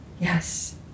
Yes